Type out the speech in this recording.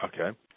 Okay